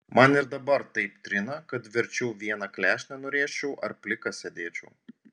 man ir dabar taip trina kad verčiau vieną klešnę nurėžčiau ar plikas sėdėčiau